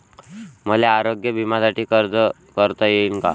मले आरोग्य बिम्यासाठी अर्ज करता येईन का?